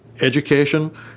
education